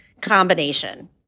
combination